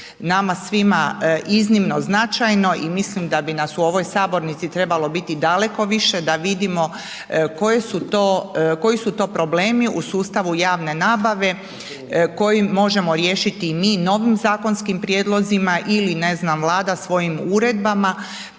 nama svima iznimno značajno i mislim da bi nas u ovoj sabornici trebalo biti daleko više da vidimo koji su to problemi u sustavu javne nabave koji možemo riješiti mi novim zakonskim prijedlozima ili ne znam Vlada svojim uredbama